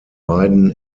beiden